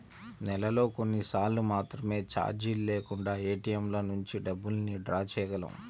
నెలలో కొన్నిసార్లు మాత్రమే చార్జీలు లేకుండా ఏటీఎంల నుంచి డబ్బుల్ని డ్రా చేయగలం